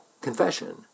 Confession